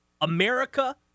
America